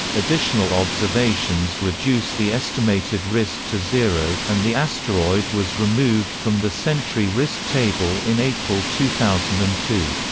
additional observations reduced the estimated risk to zero, and the asteroid was removed from the sentry risk table in april two thousand and two.